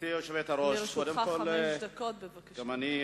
לרשותך חמש דקות, בבקשה.